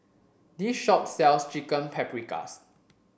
this shop sells Chicken Paprikas